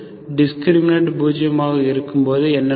discriminant பூஜ்ஜியமாக இருக்கும்போது என்ன நடக்கும்